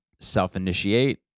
self-initiate